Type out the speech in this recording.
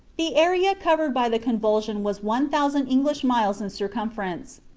the area covered by the convulsion was one thousand english miles in circumference.